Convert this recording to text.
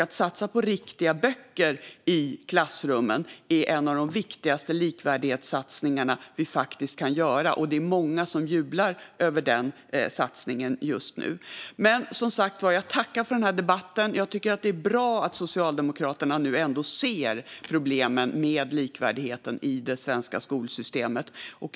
Att satsa på riktiga böcker i klassrummen är en av de viktigaste likvärdighetssatsningarna vi kan göra. Och många jublar över den satsningen just nu. Jag tackar för debatten, och jag tycker att det är bra att Socialdemokraterna ser problemen med likvärdigheten i det svenska skolsystemet.